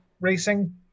racing